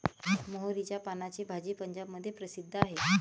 मोहरीच्या पानाची भाजी पंजाबमध्ये प्रसिद्ध आहे